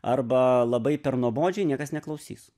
arba labai per nuobodžiai niekas neklausys